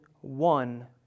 one